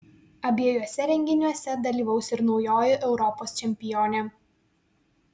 abiejuose renginiuose dalyvaus ir naujoji europos čempionė